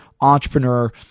entrepreneur